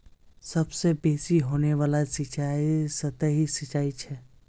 सबसे बेसि होने वाला सिंचाई सतही सिंचाई छ